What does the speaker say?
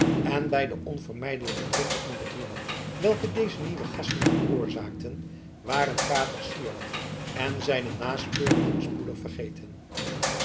en bij de onvermijdelijke drukte en bediening welke deze nieuwe gasten veroorzaakten waren vader syard en zijne nasporingen spoedig vergeten